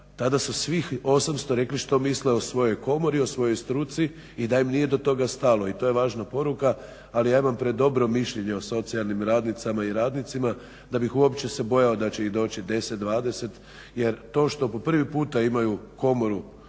tada su svih 800 rekli što misle o svojoj komori, o svojoj struci i da im nije do toga stalo. I to je važna poruka, ali ja imam predobro mišljenje o socijalnim radnicama i radnicima da bih uopće se bojao da će ih doći 10, 20. Jer to što po prvi put imaju komoru